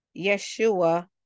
Yeshua